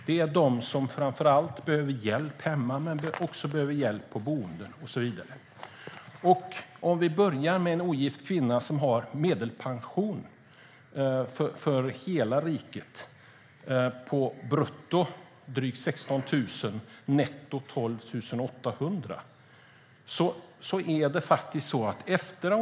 Det är framför allt de som behöver hjälp hemma men också de som behöver hjälp på boenden och så vidare. Jag börjar med en ogift kvinna som har medelpension för hela riket på brutto drygt 16 000, netto 12 800.